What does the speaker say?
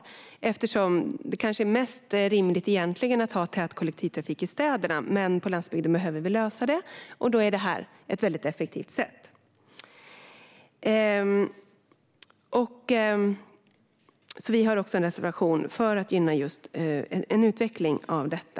Det är kanske egentligen mest rimligt att ha tät kollektivtrafik i städerna, men på landsbygden behöver vi lösa det, och då är det här ett väldigt effektivt sätt. Vi har en reservation för att gynna en utveckling av detta.